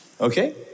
Okay